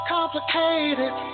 Complicated